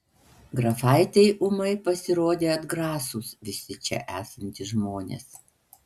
grafaitei ūmai pasirodė atgrasūs visi čia esantys žmonės